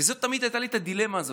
ותמיד הייתה לי את הדילמה הזאת.